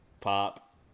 Pop